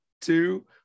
two